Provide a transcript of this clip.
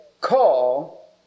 call